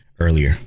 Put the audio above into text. earlier